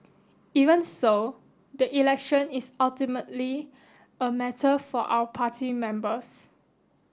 even so the election is ultimately a matter for our party members